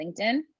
LinkedIn